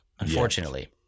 unfortunately